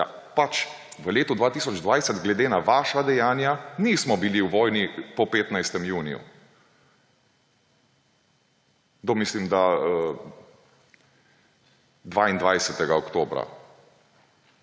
pač v letu 2020, glede na vaša dejanja, nismo bili v vojni po 15. juniju do mislim da 22. oktobra.